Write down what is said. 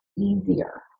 easier